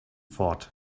thought